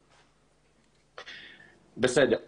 בסדר.